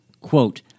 quote